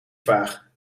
vaag